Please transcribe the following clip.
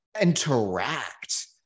interact